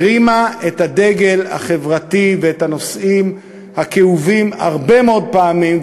הרימה את הדגל החברתי ואת הנושאים הכאובים הרבה מאוד פעמים,